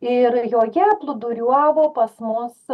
ir joje plūduoriavo pas mus